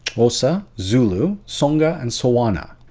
xhosa zulu, tsonga, and tswana.